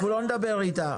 אנחנו לא נדבר איתה.